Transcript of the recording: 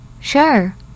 Sure